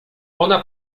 ona